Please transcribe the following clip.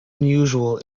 unusual